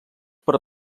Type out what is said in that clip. per